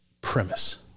premise